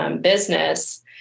business